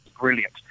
brilliant